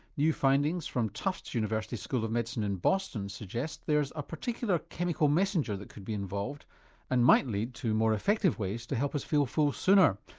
new findings from tufts university school of medicine in boston suggests there's a particular chemical messenger that could be involved and might lead to more effective ways to help us feel full sooner.